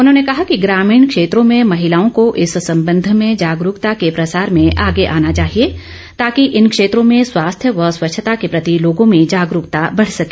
उन्होंने कहा कि ग्रामीण क्षेत्रों में महिलाओं को इस संबंध में जागरूकता के प्रसार में आगे आना चाहिए ताकि इन क्षेत्रों में स्वास्थ्य व स्वच्छता के प्रति लोगों में जागरूकता बढ़ सके